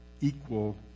equal